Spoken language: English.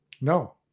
No